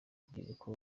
rubyiruko